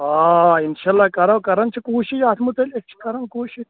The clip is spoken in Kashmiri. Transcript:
آ آ اِنشا اللہ کرو کران چھِ کوٗشِش اَتھ مُتعلِق چھِ کران کوٗشِش